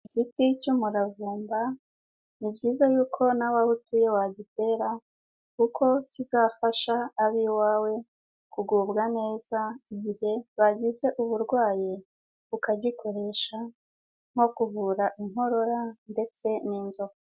Igiti cy'umuravumba ni byiza yuko nawe aho utuye wagitera, kuko kizafasha ab'iwawe kugubwa neza igihe bagize uburwayi, ukagikoresha nko kuvura inkorora ndetse n'inzoka.